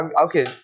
okay